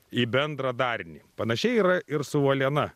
į bendrą darinį panašiai yra ir su uoliena